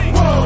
Whoa